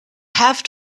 have